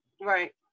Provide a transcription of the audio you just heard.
right